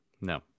No